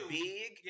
big